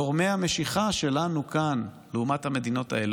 גורמי המשיכה שלנו כאן לעומת המדינות האלה